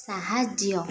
ସାହାଯ୍ୟ